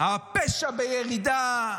הפשע בירידה,